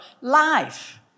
life